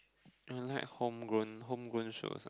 I like homegrown homegrown shows ah